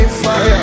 fire